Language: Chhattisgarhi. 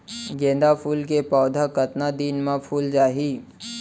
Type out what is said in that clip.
गेंदा फूल के पौधा कतका दिन मा फुल जाही?